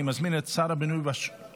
שר העלייה